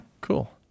Cool